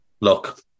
Look